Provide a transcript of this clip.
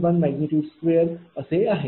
5Vm12असे लिहीलेले आहे